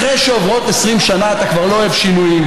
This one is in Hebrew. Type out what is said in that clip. אחרי שעוברות 20 שנה אתה כבר לא אוהב שינויים,